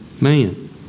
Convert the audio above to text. man